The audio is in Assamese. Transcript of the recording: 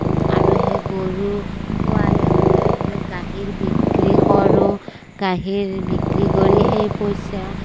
আৰু সেই গৰু পোৱালি হ'লে সেই গাখীৰ বিক্ৰী কৰোঁ গাখীৰ বিক্ৰী কৰি সেই পইচা